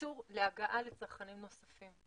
קיצור להגעה לצרכנים נוספים.